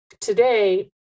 today